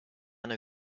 know